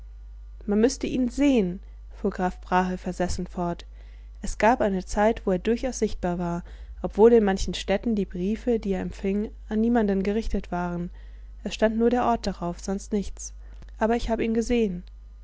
man müßte ihn sehen fuhr graf brahe versessen fort es gab eine zeit wo er durchaus sichtbar war obwohl in manchen städten die briefe die er empfing an niemanden gerichtet waren es stand nur der ort darauf sonst nichts aber ich hab ihn gesehen